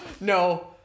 No